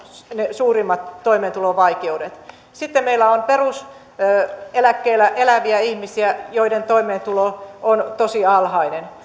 ne suurimmat toimeentulovaikeudet sitten meillä on peruseläkkeellä eläviä ihmisiä joiden toimeentulo on tosi alhainen